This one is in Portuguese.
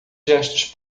gestos